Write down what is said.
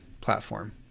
platform